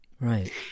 Right